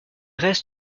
restes